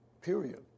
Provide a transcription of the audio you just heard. Period